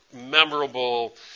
memorable